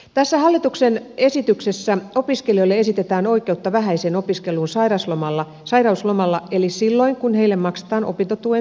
tässä hallituksen esityksessä opiskelijoille esitetään oikeutta vähäiseen opiskeluun sairauslomalla eli silloin kun heille maksetaan opintotuen sijaan sairauspäivärahaa